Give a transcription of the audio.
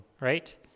right